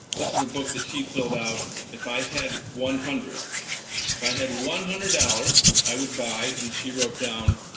this is a book that she filled out if i had one hundred if i had one hundred dollars, i would buy. and she wrote down,